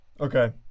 Okay